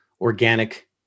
organic